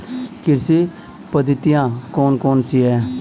कृषि पद्धतियाँ कौन कौन सी हैं?